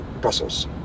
Brussels